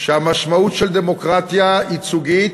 שהמשמעות של דמוקרטיה ייצוגית,